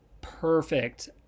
perfect